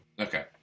Okay